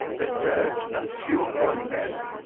the dirge and funeral knell.